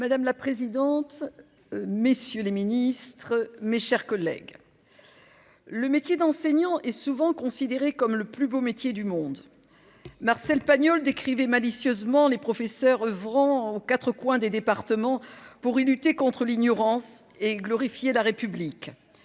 Madame la présidente, messieurs les ministres, mes chers collègues, le métier d'enseignant est souvent considéré comme le plus beau métier du monde. Marcel Pagnol décrivait malicieusement les professeurs oeuvrant « aux quatre coins des départements pour y lutter contre l'ignorance et glorifier la République